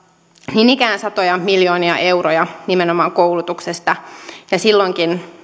niin ikään satoja miljoonia euroja nimenomaan koulutuksesta ja silloinkin